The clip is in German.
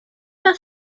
das